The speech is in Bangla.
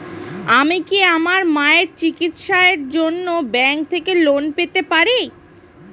আমি কি আমার মায়ের চিকিত্সায়ের জন্য ব্যঙ্ক থেকে লোন পেতে পারি?